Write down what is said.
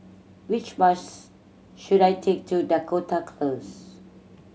which bus should I take to Dakota Close